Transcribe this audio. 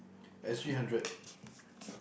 S_G hundred